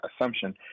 assumption